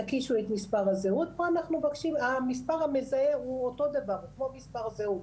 תקישו את מספר הזכות והמספר המזהה הוא אותו דבר כמו מספר הזהות.